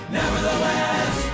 nevertheless